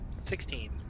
Sixteen